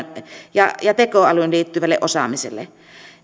ja tekoälyyn liittyvälle osaamiselle